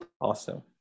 Awesome